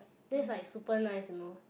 then is like super nice you know